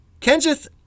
Kenseth